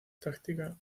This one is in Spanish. táctica